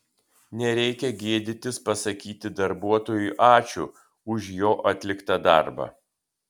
nereikia gėdytis pasakyti darbuotojui ačiū už jo atliktą darbą